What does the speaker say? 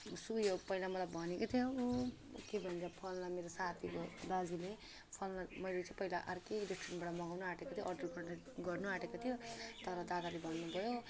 सु यो पहिला मलाई भनेको थियो के भन्छ फल्ना मेरो साथीको दाजुले सल्लाह मैले छे पहिला अर्कै रेस्टुरेन्टबाट मगाउनु आटेको थियो अर्डर गर्दा गर्नु आटेको थियो तर दादाले भन्नुभयो